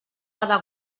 cada